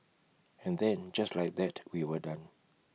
and then just like that we were done